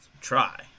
Try